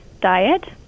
diet